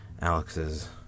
Alex's